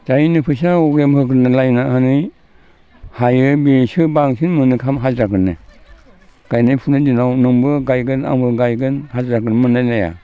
जायनो फैसा होग्रोनानै हायो बेसो बांसिन मोनो थाब हाजिरा मोनो गायनाय फुनायनि दिनाव नोंबो गायगोन आंबो गायगोन हाजिराखोनो मोनलाय लाइया